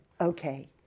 Okay